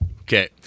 Okay